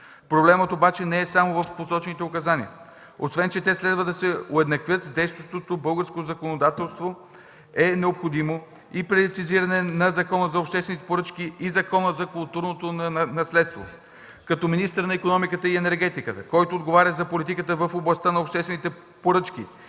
Проблемът обаче не е само в посочените указания. Освен че те следва да се уеднаквят с действащото българско законодателство, необходимо е и прецизиране на Закона за обществените поръчки и Закона за културното наследство. Като министър на икономиката и енергетиката, който отговаря за политиката в областта на обществените поръчки,